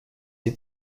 sie